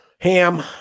Ham